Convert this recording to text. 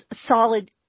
solid